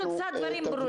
אני לא משרד הבריאות.